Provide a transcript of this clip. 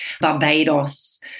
Barbados